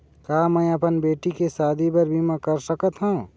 का मैं अपन बेटी के शादी बर बीमा कर सकत हव?